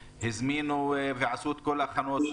עשו את כל ההכנות,